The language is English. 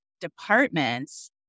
departments